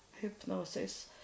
hypnosis